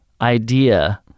idea